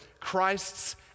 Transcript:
Christ's